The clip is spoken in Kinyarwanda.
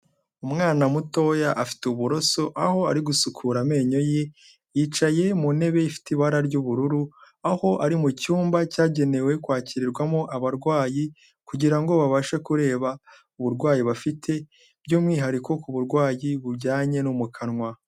Umwana mutoya afite uburoso aho ari gusukura amenyo ye, yicaye mu ntebe ifite ibara ry'ubururu, aho ari mu cyumba cyagenewe kwakirwamo abarwayi kugira ngo babashe kureba uburwayi bafite by'umwihariko ku burwayi bujyanye no mu kanwa.